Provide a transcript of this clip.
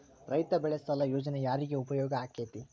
ರೈತ ಬೆಳೆ ಸಾಲ ಯೋಜನೆ ಯಾರಿಗೆ ಉಪಯೋಗ ಆಕ್ಕೆತಿ?